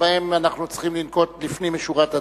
שבהם אנחנו צריכים לנקוט לפנים משורת הדין,